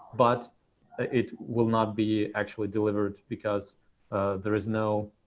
but it will not be actually delivered, because there is no